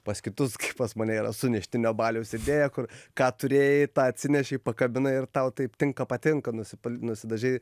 pas kitus kaip pas mane yra suneštinio baliaus idėja kur ką turėjai tą atsinešei pakabinai ir tau taip tinka patinka nusipa nusidažei